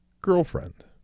girlfriend